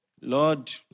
Lord